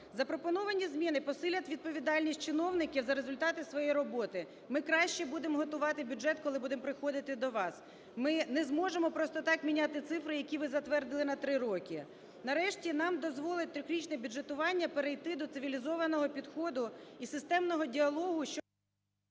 Запропоновані зміни посилять відповідальність чиновників за результати своєї роботи. Ми краще будемо готувати бюджет, коли будемо приходити до вас, ми не зможемо просто так міняти цифри, які ви затвердили на три роки. Нарешті нам дозволить трьохрічне бюджетування перейти до цивілізованого підходу і системного діалогу, щоб